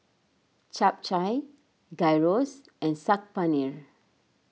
Japchae Gyros and Saag Paneer